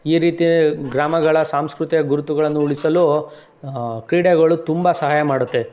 ಈ ರೀತಿ ಗ್ರಾಮಗಳ ಸಾಂಸ್ಕೃತಿಕ ಗುರುತುಗಳನ್ನು ಉಳಿಸಲು ಕ್ರೀಡೆಗಳು ತುಂಬ ಸಹಾಯ ಮಾಡುತ್ತೆ